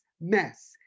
Mess